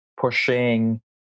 pushing